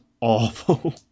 awful